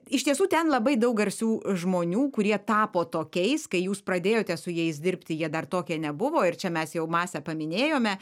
iš tiesų ten labai daug garsių žmonių kurie tapo tokiais kai jūs pradėjote su jais dirbti jie dar tokie nebuvo ir čia mes jau masę paminėjome